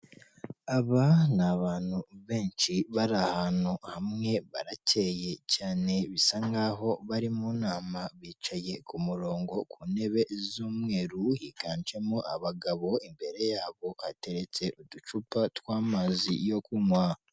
Aba ni abantu benshi bari ahantu hamwe, baracyeye cyane, bisa nkaho bari mu nama, bicaye ku murongo ku ntebe z'umweru, higanjemo abagabo, imbere yabo hateretse uducupa tw'amazi yo kunywa.